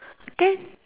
then